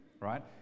right